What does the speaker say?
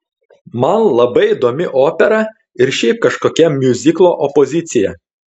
man labai įdomi opera ir šiaip kažkokia miuziklo opozicija